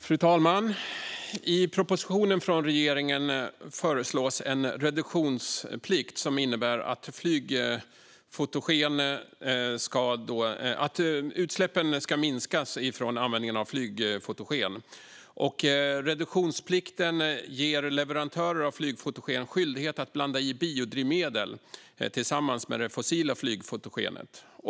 Fru talman! I propositionen från regeringen föreslås en reduktionsplikt som innebär att utsläppen från användningen av flygfotogen ska minskas. Reduktionsplikten ger leverantörer av flygfotogen skyldighet att blanda in biodrivmedel i det fossila flygfotogenet.